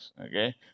Okay